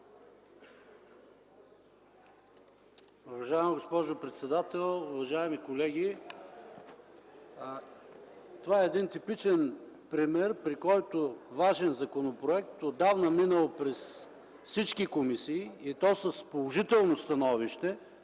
Уважаема госпожо председател, уважаеми колеги! Това е един типичен пример, при който важен законопроект отдавна минал през всички комисии и то с положително становище